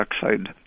dioxide